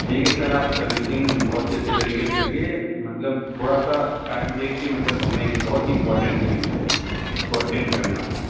ठीक है सर आप सर्विसिंग बहुत ही अच्छी तरीके से करिए मतलब थोड़ा सा टाइम देख के मतलब हमें एक बहुत ही इम्पोटेंट मीटिंग में को अटेंड करना है